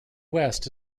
west